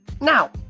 Now